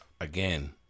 Again